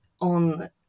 on